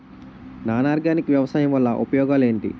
Non organic వ్యవసాయం వల్ల ఉపయోగాలు ఏంటీ?